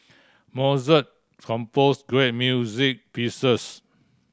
Mozart composed great music pieces